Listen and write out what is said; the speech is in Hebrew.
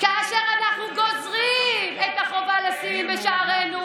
כאשר אנחנו גוזרים את החובה לשים בשערינו